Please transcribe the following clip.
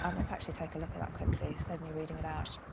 um let's actually take a look at that quickly, save me reading it out.